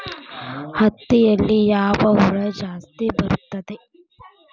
ಹತ್ತಿಯಲ್ಲಿ ಯಾವ ಹುಳ ಜಾಸ್ತಿ ಬರುತ್ತದೆ?